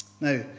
Now